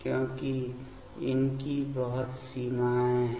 क्योंकि इनकी बहुत सीमाएँ हैं